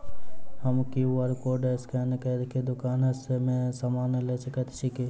हम QR code scan कऽ केँ दुकान मे समान लऽ सकैत छी की?